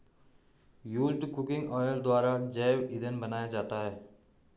used cooking oil द्वारा जैव इंधन बनाया जाता है